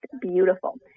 beautiful